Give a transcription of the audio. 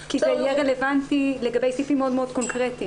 כי זה יהיה רלוונטי לגבי סעיפים מאוד מאוד קונקרטיים,